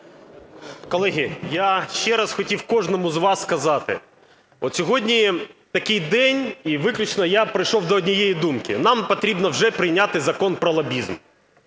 Колеги, я ще раз хотів кожному з вас сказати, от сьогодні такий день і виключно я прийшов до однієї думки, нам потрібно вже прийняти Закон про лобізм.